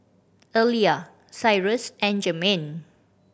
Elia Cyrus and Jermaine